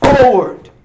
Forward